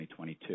2022